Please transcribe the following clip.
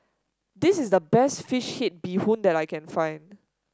this is the best fish head Bee Hoon that I can find